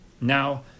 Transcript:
Now